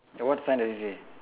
what sign does it say